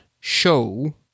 show